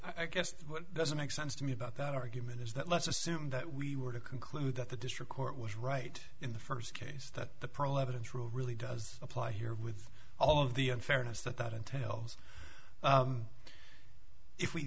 i guess what doesn't make sense to me about that argument is that let's assume that we were to conclude that the district court was right in the first case that the pearl evidence room really does apply here with all of the unfairness that that entails if we